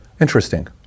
Interesting